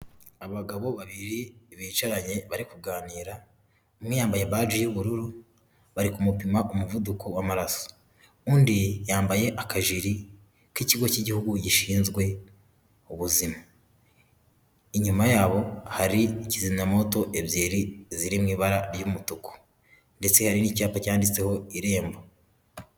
Abagabo babiri bicaranye bari kuganira umwe yambaye baji y'ubururu bari kumupima ku umuvuduko w'amaraso, undi yambaye akajiri k'ikigo cy'igihugu gishinzwe ubuzima inyuma yabo hari kizimya mwoto ebyiri ziri mu ibara ry'umutuku ndetse hari n'icyapa cyanditseho irembo.